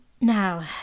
now